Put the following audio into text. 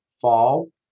fall